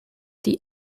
die